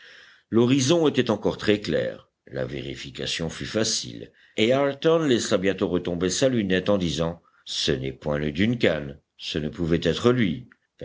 l'horizon était encore très clair la vérification fut facile et ayrton laissa bientôt retomber sa lunette en disant ce n'est point le duncan ce ne pouvait être lui